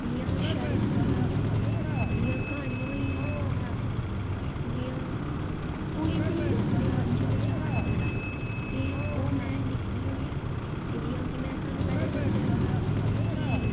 जि'यां शायरियां होई गेइयां जि'यां क्हानियां होई गेइयां जि'यां कोई बी अपने मन च बचार आ दा ते ओह् में लिखनी होन्नी आं ते जि'यां कि में पैह्लें तोहानू दस्सेआ कि